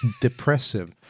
Depressive